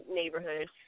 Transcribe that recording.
neighborhood